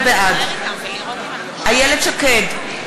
בעד איילת שקד,